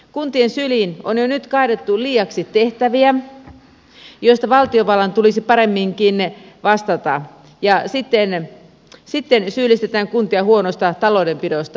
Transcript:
kuntien syliin on jo nyt kaadettu liiaksi tehtäviä joista valtiovallan tulisi paremminkin vastata ja sitten syyllistetään kuntia huonosta taloudenpidosta